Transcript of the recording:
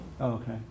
okay